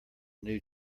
new